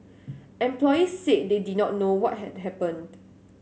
employees said they did not know what had happened